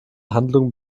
handlung